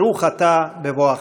ברוך אתה בבואך.